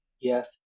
Yes